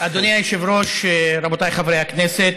אדוני היושב-ראש, רבותיי חברי הכנסת,